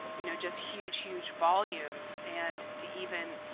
you know, just huge, huge volumes, and to even,